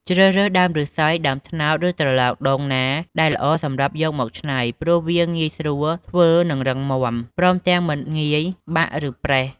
ជ្រើសរើសដើមឫស្សី ដើមត្នោត ឬត្រឡោកដូងណាដែលល្អសម្រាប់យកមកច្នៃ ព្រោះវាងាយស្រួលធ្វើនិងរឹងមាំ ព្រមទាំងមិនងាយបាក់ ឬប្រេះ។